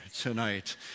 tonight